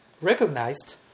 recognized